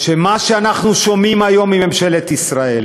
שמה שאנחנו שומעים היום מממשלת ישראל,